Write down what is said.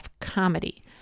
comedy